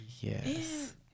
Yes